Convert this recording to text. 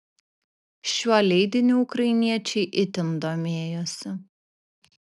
šiuo leidiniu ukrainiečiai itin domėjosi